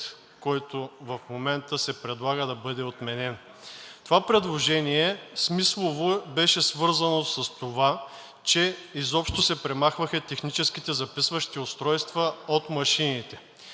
който в момента се предлага да бъде отменен. Предложението смислово беше свързано с това, че изобщо се премахваха техническите записващи устройства от машините.